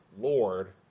Lord